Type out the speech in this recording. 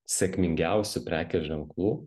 sėkmingiausių prekės ženklų